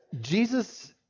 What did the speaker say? Jesus